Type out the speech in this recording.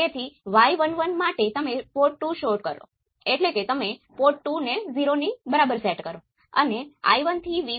તેથી તમે જુઓ છો કે I2 બીજું કંઈ નથી પરંતુ V2 બાય Rl અથવા V2 Gl અને V નોટ એ V2